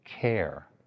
care